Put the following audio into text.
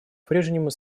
прежнему